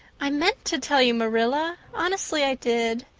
i meant to tell you, marilla, honestly i did,